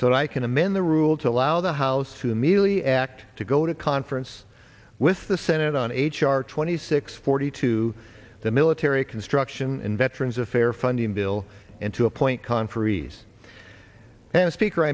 so i can amend the rule to allow the house who immediately act to go to conference with the senate on h r twenty six forty two the military construction and veterans affair funding bill and to appoint conferees and speaker